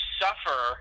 suffer